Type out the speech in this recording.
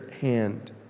hand